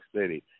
City